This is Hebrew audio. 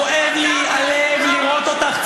כואב לי הלב לראות אותך,